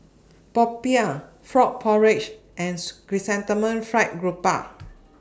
Popiah Frog Porridge and Chrysanthemum Fried Grouper